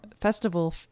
Festival